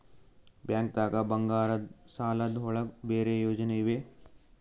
ಬ್ಯಾಂಕ್ದಾಗ ಬಂಗಾರದ್ ಸಾಲದ್ ಒಳಗ್ ಬೇರೆ ಯೋಜನೆ ಇವೆ?